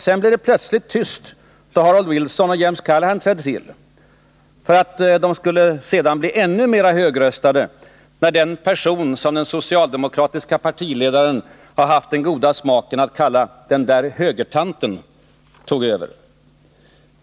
Sedan blev det tyst då Harold Wilson och James Callaghan trädde till, för att bli än mera högröstat när den person som den socialdemokratiske partiledaren haft den goda smaken att kalla ”den där högertanten” tog över.